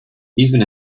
even